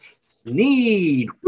Sneed